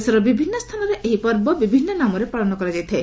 ଦେଶର ବିଭିନ୍ନ ସ୍ଥାନରେ ଏହି ପର୍ବ ବିଭିନ୍ନ ନାମରେ ପାଳନ କରାଯାଇଥାଏ